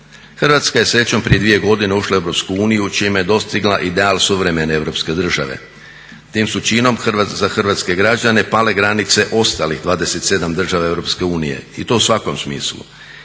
Hrvatska je srećom prije dvije godine ušla u EU čime je dostigla ideal suvremene europske države. Tim su činom za hrvatske građane pale granice ostalih 27 država EU i to u svakom smislu.